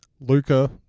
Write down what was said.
Luca